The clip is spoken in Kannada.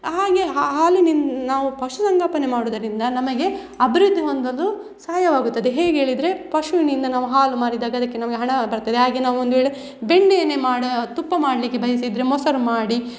ಹಾಗೆ ಹಾಲಿನಿಂದ ನಾವು ಪಶುಸಂಗೋಪನೆ ಮಾಡೋದರಿಂದ ನಮಗೆ ಅಭಿವೃದ್ಧಿ ಹೊಂದಲು ಸಹಾಯವಾಗುತ್ತದೆ ಹೇಗೆ ಹೇಳಿದರೆ ಪಶುವಿನಿಂದ ನಾವು ಹಾಲು ಮಾರಿದಾಗ ಅದಕ್ಕೆ ನಮಗೆ ಹಣ ಬರ್ತದೆ ಹಾಗೆ ನಾವು ಒಂದ್ವೇಳೆ ಬೆಣ್ಣೆಯನ್ನೇ ಮಾಡೋ ತುಪ್ಪ ಮಾಡಲಿಕ್ಕೆ ಬಯಸಿದರೆ ಮೊಸರು ಮಾಡಿ